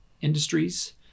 Industries